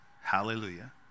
hallelujah